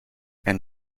and